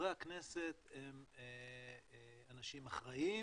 חברי הכנסת הם אנשים אחראים,